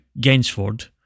Gainsford